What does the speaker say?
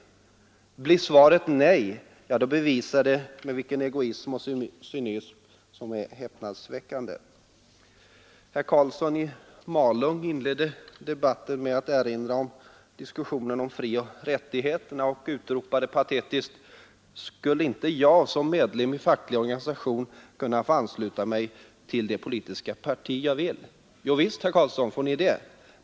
Blir svaret nej, bevisar det en egoism och cynism som är häpnadsväckande. Herr Karlsson i Malung inledde debatten i dag med att erinra om diskussionen om frioch rättigheterna och utropade patetiskt: ”Skulle inte jag som medlem i facklig organisation kunna få ansluta mig till det politiska parti jag vill?” Jo, herr Karlsson, visst får ni det.